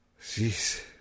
Jeez